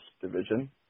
division